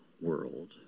world